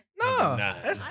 no